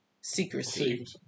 secrecy